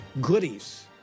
goodies